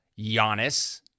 Giannis